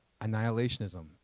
annihilationism